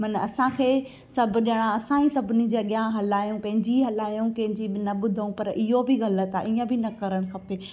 माना असांखे सभु ॼणा असां ई सभिनी जे अॻियां हलायूं पंहिंजी हलायूं कंहिंजी बि न ॿुधूं पर इहो बि ग़लति आहे इअं बि न करणु खपे